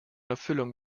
erfüllung